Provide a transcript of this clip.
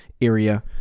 area